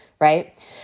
right